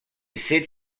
cette